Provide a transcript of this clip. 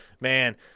man